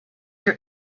your